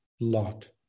Lot